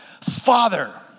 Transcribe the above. Father